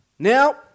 Now